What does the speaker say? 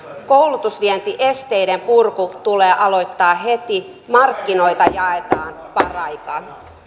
koulutusvientiesteiden purku tulee aloittaa heti markkinoita jaetaan paraikaa